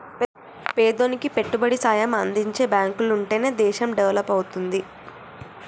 పేదోనికి పెట్టుబడి సాయం అందించే బాంకులుంటనే దేశం డెవలపవుద్ది